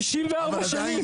64 שנים.